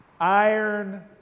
Iron